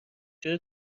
چرا